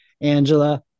Angela